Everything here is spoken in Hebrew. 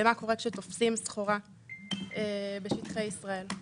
מה קורה כשתופסים סחורה בשטחי ישראל.